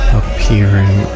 appearing